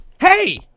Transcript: Hey